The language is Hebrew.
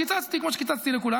קיצצתי כמו שקיצצתי לכולם.